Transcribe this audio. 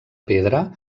pedra